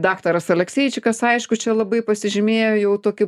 daktaras alekseičikas aišku čia labai pasižymėjo jau tokiu